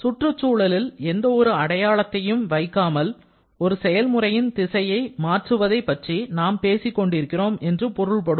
சுற்றியுள்ள எந்தவொரு அடையாளத்தையும் வைக்காமல் ஒரு செயல்முறையின் திசையை மாற்றுவதை பற்றி நாம் பேசிக்கொண்டிருக்கிறோம் என்று பொருள்படும்